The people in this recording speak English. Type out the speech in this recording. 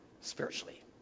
spiritually